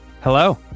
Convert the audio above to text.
hello